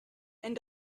and